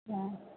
हाँ